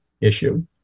issue